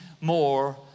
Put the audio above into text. more